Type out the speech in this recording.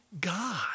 God